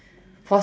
for